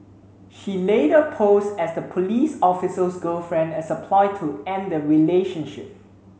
she later posed as the police officer's girlfriend as a ploy to end the relationship